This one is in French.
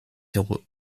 zéro